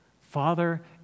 Father